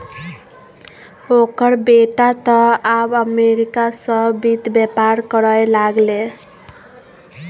ओकर बेटा तँ आब अमरीका सँ वित्त बेपार करय लागलै